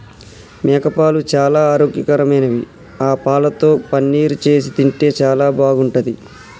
మేకపాలు చాలా ఆరోగ్యకరమైనవి ఆ పాలతో పన్నీరు చేసి తింటే చాలా బాగుంటది